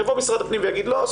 יבוא משרד הפנים ויגיד: לא,